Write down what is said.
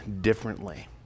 differently